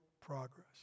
progress